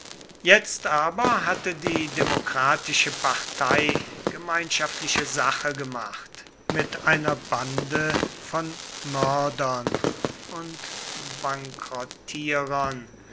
jetzt aber hatte die demokratische partei gemeinschaftliche sache gemacht mit einer bande von mördern und